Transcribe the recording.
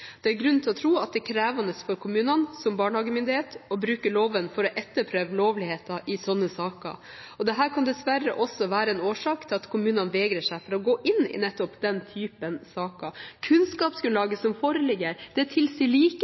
Det er grunn til å tro at det er krevende for kommunene som barnehagemyndighet å bruke loven for å etterprøve lovligheten i sånne saker. Dette kan dessverre også være en årsak til at kommunene vegrer seg for å gå inn i nettopp denne typen saker. Kunnskapsgrunnlaget som foreligger, tilsier likevel at det